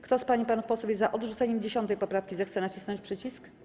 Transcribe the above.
Kto z pań i panów posłów jest za odrzuceniem 10. poprawki, zechce nacisnąć przycisk.